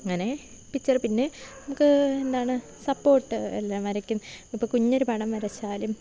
അങ്ങനെ പിച്ചറ് പിന്നെ നമുക്ക് എന്താണ് സപ്പോർട്ട് എല്ലാം വരക്കും ഇപ്പോൾ കുഞ്ഞൊരു പടം വരച്ചാലും